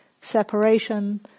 separation